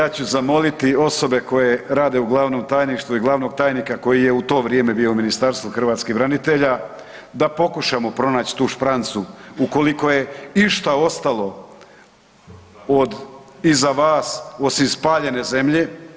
Eto ja ću zamoliti osobe koje rade u glavnom tajništvu i glavnog tajnika koji je u to vrijeme bio u Ministarstvu hrvatskih branitelja da pokušamo pronaći tu šprancu ukoliko je išta ostalo od, iza vas osim spaljene zemlje.